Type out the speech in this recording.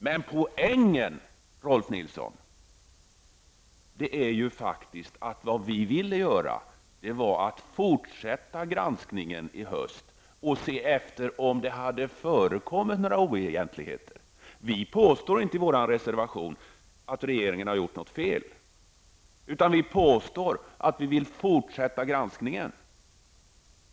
Men poängen, Rolf L Nilson, är att vi ville fortsätta granskningen i höst och se efter om det förekommit några oegentligheter. Vi påstår inte i vår reservation att regeringen har gjort något fel, utan vi vill fortsätta granskningen.